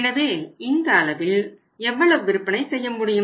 எனவே இந்த அளவில் எவ்வளவு விற்பனை செய்ய முடியும்